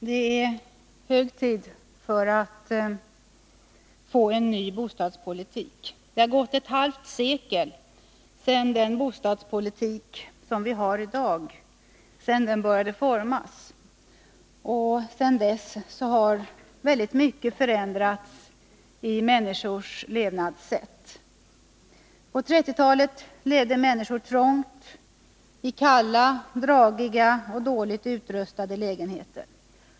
Fru talman! Det är hög tid för en ny bostadspolitik. Det har gått ett halvt sekel sedan den bostadspolitik som vi har i dag började formas, och sedan dess har mycket förändrats i människors levnadssätt. På 1930-talet levde människor trångt i kalla, dragiga och dåligt utrustade lägenheter.